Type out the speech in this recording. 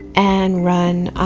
and run